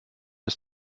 ist